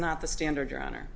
not the standard your honor